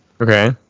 Okay